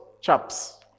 chaps